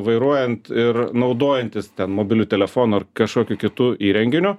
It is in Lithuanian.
vairuojant ir naudojantis ten mobiliu telefonu ar kažkokiu kitu įrenginiu